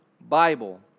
Bible